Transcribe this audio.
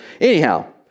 anyhow